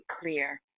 clear